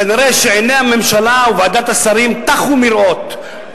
כנראה עיני הממשלה וועדת השרים טחו מראות,